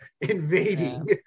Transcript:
invading